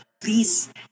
Please